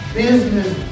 business